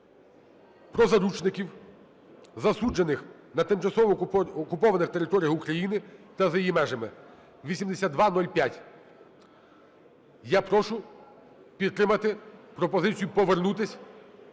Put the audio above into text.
про заручників, засуджених на тимчасово окупованих територіях України та за її межами – 8205. Я прошу підтримати пропозицію повернутися